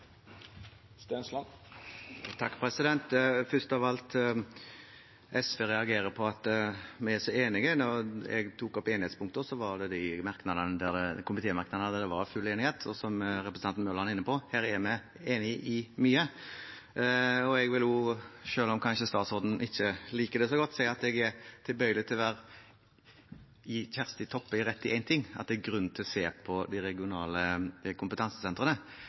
Først av alt: SV reagerer på at vi er så enig. Det jeg tok opp av enighetspunkter, var de komitémerknadene der det var full enighet. Som representanten Mørland var inne på, her er vi enig i mye. Jeg vil også, selv om statsråden kanskje ikke liker det så godt, si at jeg er tilbøyelig til å gi Kjersti Toppe rett i én ting, at det er grunn til å se på de regionale kompetansesentrene.